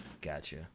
gotcha